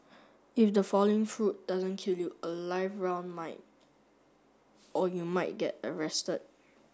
if the falling fruit doesn't kill you a live round might or you might get arrested